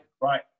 Right